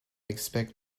expect